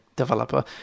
Developer